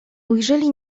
ujrzeli